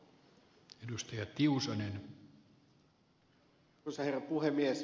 arvoisa herra puhemies